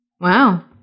wow